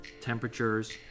temperatures